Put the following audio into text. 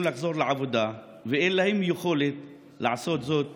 לחזור לעבודה ואין להם יכולת לעשות זאת